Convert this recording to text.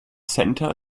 center